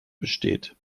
besteht